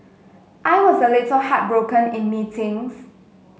I was a little heartbroken in meetings